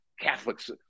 Catholics